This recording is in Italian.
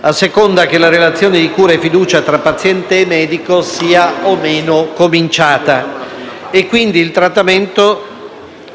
a seconda che la relazione di cura e fiducia tra paziente e medico sia o meno cominciata e, quindi, il trattamento